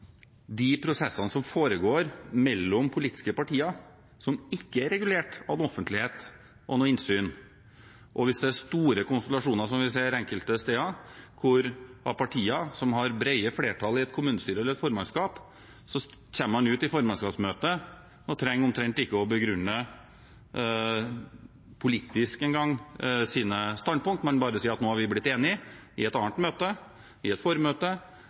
regulert av offentlighets- og innsynsregler, og hvis det er store konstellasjoner, som vi ser enkelte steder, av partier som har brede flertall i et kommunestyre eller formannskap, kommer man til formannskapsmøtet og trenger omtrent ikke engang å begrunne politisk sine standpunkt, man sier bare at nå er man blitt enig i et annet møte, i et formøte,